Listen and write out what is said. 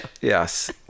yes